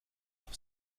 sur